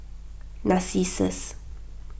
Narcissus